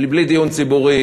בלי דיון ציבורי.